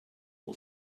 all